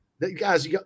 Guys